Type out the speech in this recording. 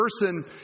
person